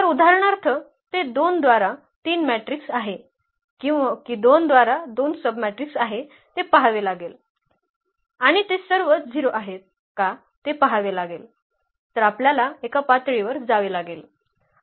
तर उदाहरणार्थ ते 2 द्वारा 3 मॅट्रिक्स आहे कि 2 द्वारा 2 सबमॅट्रिक्स आहे ते पहावे लागेल आणि ते सर्व 0 आहेत का ते पहावे लागेल तर आपल्याला एका पातळीवर जावे लागेल